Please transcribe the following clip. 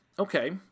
Okay